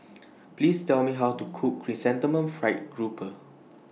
Please Tell Me How to Cook Chrysanthemum Fried Grouper